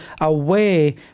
away